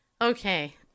Okay